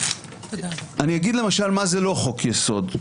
לשם הדוגמה אני אומר למשל מה זה לא חוק יסוד.